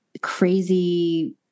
crazy